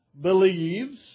believes